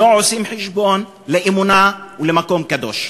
שלא עושים חשבון של אמונה ומקום קדוש.